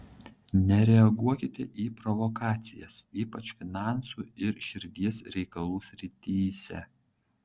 nereaguokite į provokacijas ypač finansų ir širdies reikalų srityse